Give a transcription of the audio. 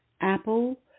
Apple